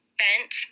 bent